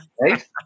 Right